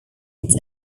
its